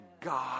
God